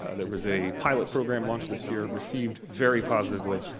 ah there was a pilot program launched this year, received very positively,